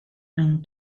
mewn